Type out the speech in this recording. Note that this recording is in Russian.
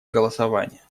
голосования